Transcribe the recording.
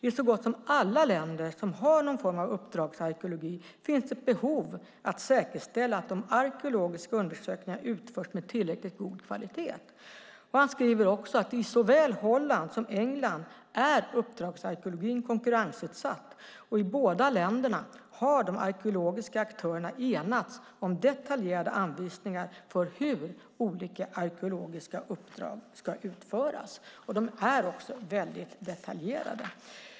I så gott som alla länder som har någon form av uppdragsarkeologi finns ett behov av att säkerställa att de arkeologiska undersökningarna utförs med tillräckligt god kvalitet. Han skriver också att i såväl Holland som England är uppdragsarkeologin konkurrensutsatt. I båda länderna har de arkeologiska aktörerna enats om detaljerade anvisningar för hur olika arkeologiska uppdrag ska utföras, och de är väldigt detaljerade.